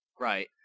Right